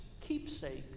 keepsake